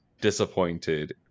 disappointed